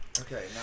Okay